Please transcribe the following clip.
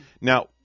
Now